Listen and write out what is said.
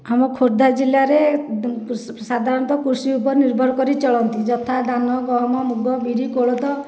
ଆମ ଖୋର୍ଦ୍ଧା ଜିଲ୍ଲାରେ ସାଧାରଣତଃ କୃଷି ଉପରେ ନିର୍ଭର କରି ଚଳନ୍ତି ଯଥା ଧାନ ଗହମ ମୁଗ ବିରି କୋଳଥ